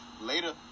Later